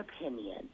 opinion